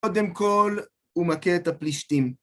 קודם כל, ומכה את הפלישתים.